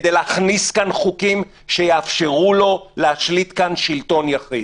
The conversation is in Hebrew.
כדי להכניס כאן חוקים שיאפשרו לו להשליט כאן שלטון יחיד.